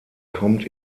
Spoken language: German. kommt